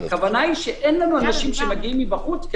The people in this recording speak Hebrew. הכוונה היא שאין לנו אנשים שמגיעים מבחוץ,